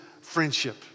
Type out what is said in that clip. Friendship